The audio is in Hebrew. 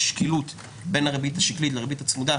יש --- בין הריבית השקלית לריבית הצמודה,